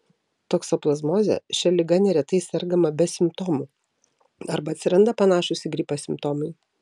toksoplazmozė šia liga neretai sergama be simptomų arba atsiranda panašūs į gripą simptomai